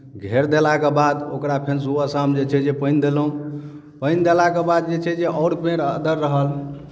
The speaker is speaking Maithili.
घेर देलाके बाद ओकरा फेर सुबह शाम जे छै जे पानि देलहुँ पानि देलाके बाद जे छै जे आओर पेड़ अदर रहल